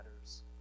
matters